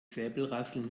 säbelrasseln